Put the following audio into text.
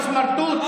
קראת לו סמרטוט.